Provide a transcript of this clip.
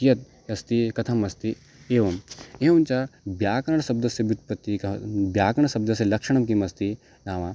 कियत् अस्ति कथम् अस्ति एवम् एवं च व्याकरणं शब्दस्य व्युत्पत्तिः कः व्याकरणं शब्दस्य लक्षणं किमस्ति नाम